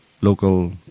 local